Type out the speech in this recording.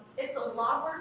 it's a lot